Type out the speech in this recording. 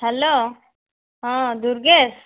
hello ହଁ ଦୁର୍ଗେଶ